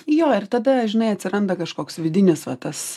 jo ir tada žinai atsiranda kažkoks vidinis va tas